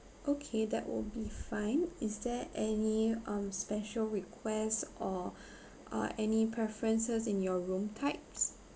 okay that will be fine is there any um special requests or uh any preferences in your room types